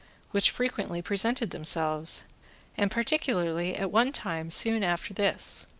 which frequently presented themselves and particularly at one time, soon after this.